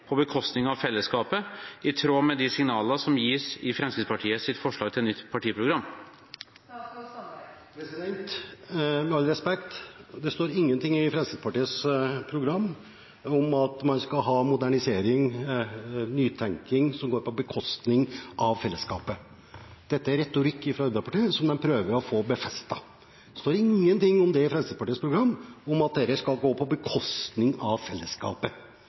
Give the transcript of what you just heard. på bekostning av fellesskapet, i tråd med de signaler som gis i Fremskrittspartiet sitt forslag til nytt partiprogram?» Med all respekt: Det står ingenting i Fremskrittspartiets program om at man skal ha modernisering, nytenkning, som går på bekostning av fellesskapet. Dette er retorikk fra Arbeiderpartiet som de prøver å få befestet. Det står ingenting i Fremskrittspartiets program om at dette skal gå på bekostning av fellesskapet.